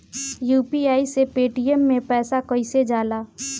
UPI से Paytm मे पैसा कइसे जाला?